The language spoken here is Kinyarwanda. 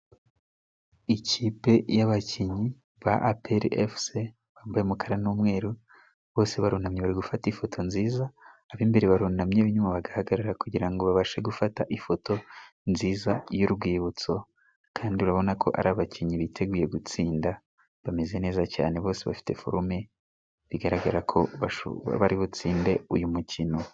Ikipe y'abakinnyi ba Aperi efuse bambaye umukara n'umweru. Bose barunamye bari gufata ifoto nziza. Ab'imbere barunamye, ab'inyuma bagahagarara kugira ngo babashe gufata ifoto nziza y'urwibutso, kandi urabona ko ari abakinnyi biteguye gutsinda. Bameze neza cyane bose bafite forume bigaragara ko bari butsinde uyu mukino.